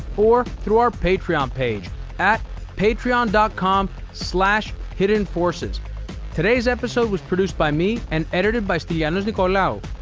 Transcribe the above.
or through our patreon page at patreon and com so hiddenforces. today's episode was produced by me and edited by stylianos nicolaou.